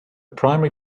primary